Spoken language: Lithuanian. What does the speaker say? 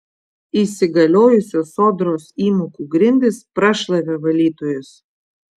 įsigaliojusios sodros įmokų grindys prašlavė valytojus